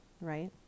right